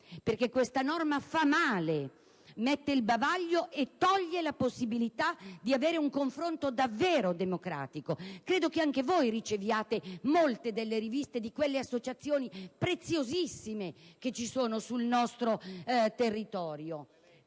questa norma fa male, mette il bavaglio e toglie la possibilità di avere un confronto davvero democratico. Credo che anche voi riceviate molte riviste di quelle associazioni, preziosissime, esistenti sul nostro territorio.